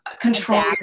control